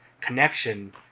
connection